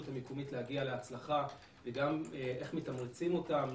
המקומית להגיע להצלחה וגם איך מתמרצים אותם,